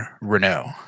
Renault